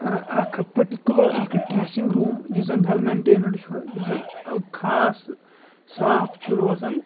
اَکھ پٔٹِکیوٗلَر اَکھ dressing room یُس زَن وٮ۪ل مٮ۪نٹینٕڈ چھُ یُس زَن خاص صاف چھُ روزان